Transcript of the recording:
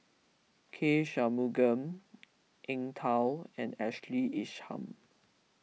K Shanmugam Eng Tow and Ashkley Isham